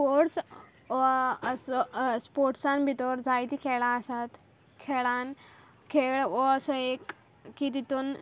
sports वा स्पोर्ट्सा भितोर जायतीं खेळां आसा खेळान खेळ हो असो एक की तितून